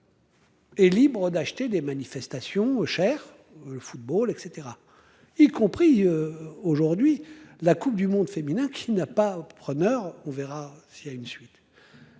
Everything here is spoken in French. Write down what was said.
Est libre d'acheter des manifestations cher le football et cetera y compris aujourd'hui. La Coupe du monde féminin qui n'a pas preneur. On verra s'il y a une suite.